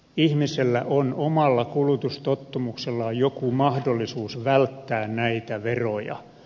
ihmisellä on omalla kulutustottumuksellaan joku mahdollisuus välttää näitä veroja